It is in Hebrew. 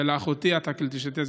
ולאחותי אטקלט אשטיה,